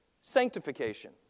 Sanctification